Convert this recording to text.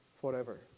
forever